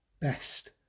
best